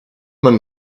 man